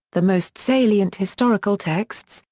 the most salient historical texts,